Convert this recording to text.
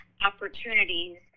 opportunities